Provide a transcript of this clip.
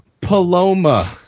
Paloma